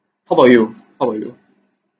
how about you how about you